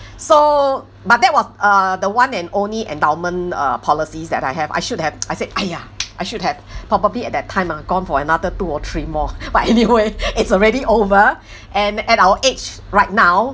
so but that was uh the one and only endowment uh policies that I have I should have I said !aiya! I should have probably at that time ah gone for another two or three more but anyway it's already over and at our age right now